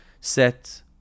set